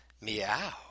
meow